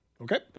Okay